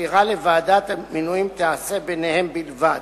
הבחירה לוועדת המינויים תיעשה ביניהם בלבד,